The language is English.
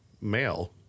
male